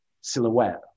silhouette